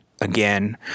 again